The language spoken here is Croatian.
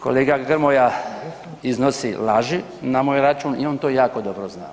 Kolega Grmoja iznosi laži na moj račun i on to jako dobro zna.